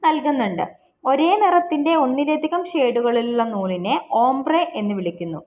നൽകന്നുണ്ട് ഒരേ നിറത്തിൻ്റെ ഒന്നിലധികം ഷെയ്ഡുകളിലുള്ള നൂലിനെ ഓംബ്രേ എന്നു വിളിക്കുന്നു